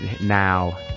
now